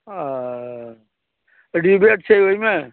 आओर रिबेट छै ओइमे